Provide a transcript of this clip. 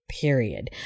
period